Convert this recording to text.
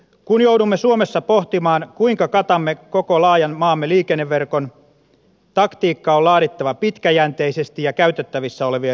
kun joudumme suomessa pohtimaan kuinka katamme koko laajan maamme liikenneverkon taktiikka on laadittava pitkäjänteisesti ja käytettävissä olevien resurssien mukaan